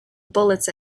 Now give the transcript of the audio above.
bullets